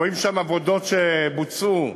רואים שם עבודות שבוצעו,